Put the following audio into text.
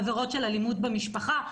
עבירות של אלימות במשפחה,